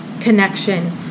connection